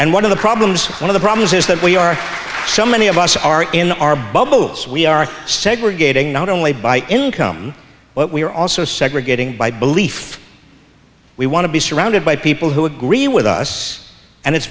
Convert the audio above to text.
and one of the problems one of the problems is that we are so many of us are in our bubbles we are segregating not only by income but we're also segregating by belief we want to be surrounded by people who agree with us and it's